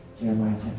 Jeremiah